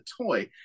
toy